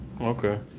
Okay